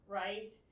right